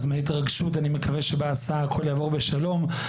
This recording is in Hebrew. ועם כל ההתרגשות אני מקווה שהכל יעבור בשלום בהסעה,